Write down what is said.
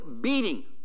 beating